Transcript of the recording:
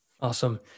Awesome